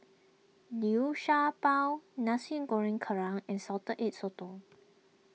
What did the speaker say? Liu Sha Bao Nasi Goreng Kerang and Salted Egg Sotong